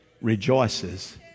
rejoices